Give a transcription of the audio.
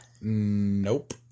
Nope